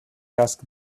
asked